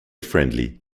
friendly